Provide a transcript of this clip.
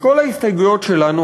מכל ההסתייגויות שלנו,